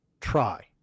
try